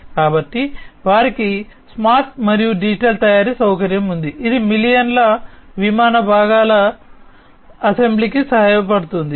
కాబట్టి వారికి స్మార్ట్ మరియు డిజిటల్ తయారీ సౌకర్యం ఉంది ఇది మిలియన్ల విమాన భాగాల అసెంబ్లీకి సహాయపడుతుంది